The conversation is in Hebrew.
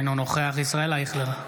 אינו נוכח ישראל אייכלר,